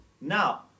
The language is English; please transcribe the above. Now